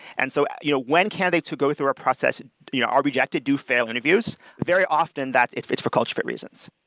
and so you know when candidates who go through our process you know are rejected, do fail interviews, very often that it's it's for culture fit reasons.